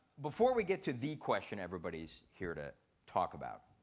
before we get to the question everybody's here to talk about,